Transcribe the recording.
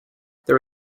there